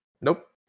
Nope